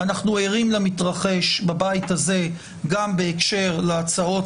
אנו ערים למתרחש בבית הזה גם בהקשר להצעות